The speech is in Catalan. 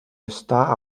estar